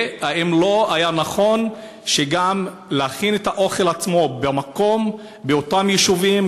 והאם לא היה נכון להכין את האוכל עצמו באותם יישובים,